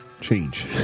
change